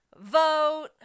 vote